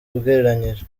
ugereranyije